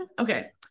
Okay